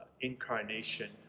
incarnation